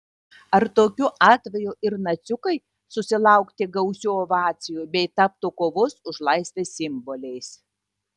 ar tokiu atveju ir naciukai susilaukti gausių ovacijų bei taptų kovos už laisvę simboliais